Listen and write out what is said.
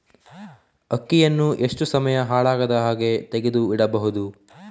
ಅಕ್ಕಿಯನ್ನು ಎಷ್ಟು ಸಮಯ ಹಾಳಾಗದಹಾಗೆ ತೆಗೆದು ಇಡಬಹುದು?